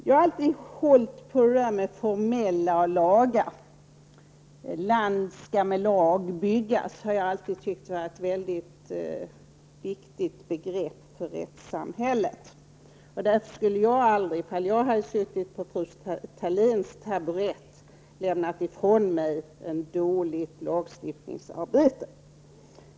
Jag har alltid hållit på att det skall vara formella lagar. Att land skall med lag byggas -- det har jag alltid tyckt vara ett mycket bra begrepp för rättssamhället. Därför skulle jag aldrig, om jag hade suttit på fru Thaléns taburett, ha lämnat ifrån mig ett dåligt lagstiftningsarbete.